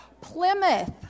Plymouth